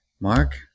Mark